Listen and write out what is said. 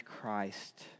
Christ